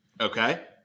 Okay